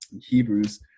Hebrews